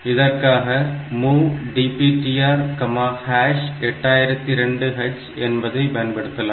இதற்காக MOV DPTR8002 H என்பதை பயன்படுத்தலாம்